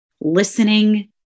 listening